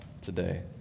today